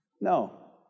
no